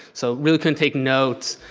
so really couldn't take notes.